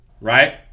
right